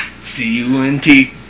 C-U-N-T